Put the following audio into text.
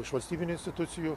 iš valstybinių institucijų